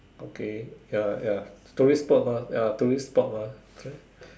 okay ya ya tourist spot mah ya tourist spot mah